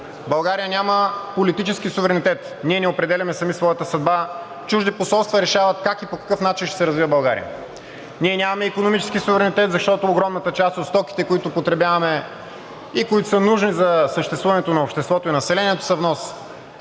България няма политически суверенитет. Ние не определяме сами своята съдба. Чужди посолства решават как и по какъв начин ще се развива България. Ние нямаме икономически суверенитет, защото огромната част от стоките, които потребяваме и които са нужни за съществуването на обществото и населението, са внос.